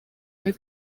muri